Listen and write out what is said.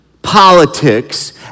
politics